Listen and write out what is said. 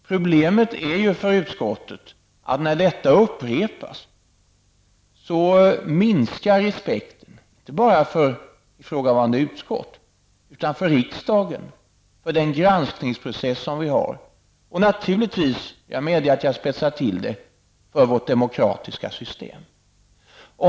Problemet för utskottet är att när detta upprepas minskar respekten, inte bara för ifrågavarande utskott utan även för riksdagen och för den granskningsprocess som vi skall utföra. Det gäller naturligtvis också -- jag medger att jag spetsar till det -- för vårt demokratiska system. Herr talman!